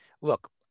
Look